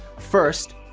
first,